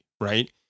right